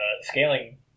scaling